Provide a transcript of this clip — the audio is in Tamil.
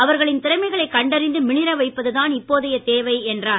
அவர்களின் திறமைகளை கண்டறிந்து மிளிர வைப்பதுதான் இப்போதைய தேவை என்றார்